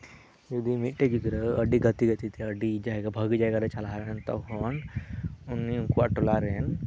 ᱡᱩᱫᱤ ᱢᱤᱫᱴᱮᱱ ᱜᱤᱫᱽᱨᱟᱹ ᱟᱹᱰᱤ ᱜᱟᱛᱤᱼᱜᱟᱛᱤ ᱛᱮ ᱟᱹᱰᱤ ᱡᱟᱭᱜᱟ ᱵᱷᱟᱜᱮ ᱡᱟᱭᱜᱟ ᱨᱮᱭ ᱪᱟᱞᱟᱣ ᱮᱱᱟ ᱛᱚᱠᱷᱚᱱ ᱩᱱᱤ ᱩᱱᱠᱩᱣᱟᱜ ᱴᱚᱞᱟ ᱨᱮᱱ